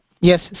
Yes